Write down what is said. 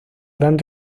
gran